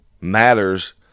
matters